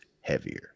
heavier